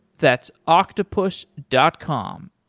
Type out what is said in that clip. that's octopus dot com,